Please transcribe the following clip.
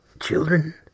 Children